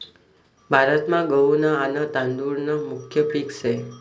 भारतमा गहू न आन तादुळ न मुख्य पिक से